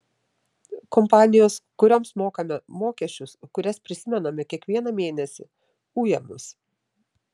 kompanijos kurioms mokame mokesčius kurias prisimename kiekvieną mėnesį uja mus